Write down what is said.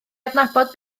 adnabod